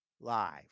Live